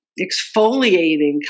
exfoliating